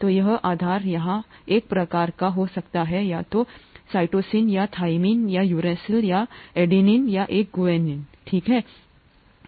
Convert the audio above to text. तो यह आधार यहाँ एक प्रकार का हो सकता है या तो साइटोसिन या थाइमिन या यूरैसिल या ए एडेनिन या एक guanine ठीक है